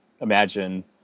imagine